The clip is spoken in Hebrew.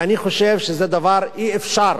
ואני חושב שזה דבר שאי-אפשר